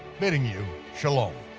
bidding you shalom,